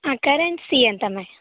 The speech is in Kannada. ಹಾಂ ಕರಣ್ ಸಿ ಅಂತ ಮೇಮ್